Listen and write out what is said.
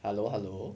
hello hello